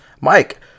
Mike